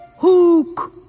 Hook